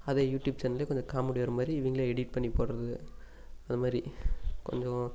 அதே யூடியூப் சேனலில் கொஞ்சம் காமெடி வர மாதிரி இவங்களே எடிட் பண்ணி போடுறது அந்த மாதிரி கொஞ்சம்